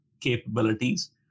capabilities